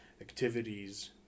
activities